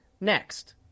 next